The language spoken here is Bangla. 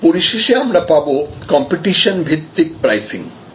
এবং পরিশেষে আমরা পাবো কম্পিটিশন ভিত্তিক প্রাইসিং